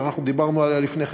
ואנחנו דיברנו עליה לפני כן,